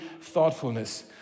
thoughtfulness